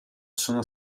sono